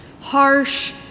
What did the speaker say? harsh